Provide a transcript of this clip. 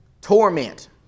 Torment